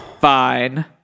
fine